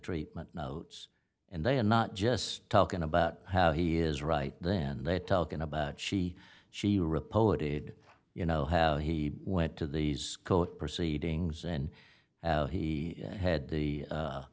treatment notes and they are not just talking about how he is right then they are talking about she she reported you know how he went to these court proceedings and he had the